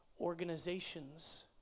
organizations